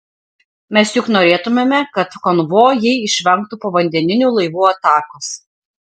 mes juk norėtumėme kad konvojai išvengtų povandeninių laivų atakos